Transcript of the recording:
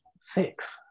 six